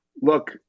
Look